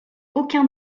aucun